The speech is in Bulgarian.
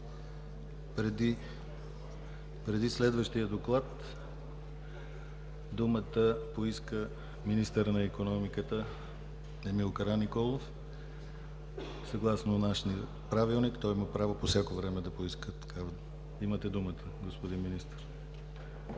Преди следващия доклад думата поиска министърът на икономиката Емил Караниколов. Съгласно нашия Правилник той има право по всяко време да поиска думата. Имате думата, господин Министър.